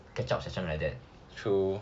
catch up session like that